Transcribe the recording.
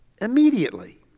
Immediately